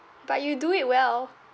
but you do it well